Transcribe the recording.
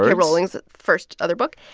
rowling's first other book.